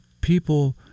people